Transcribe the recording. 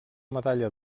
medalla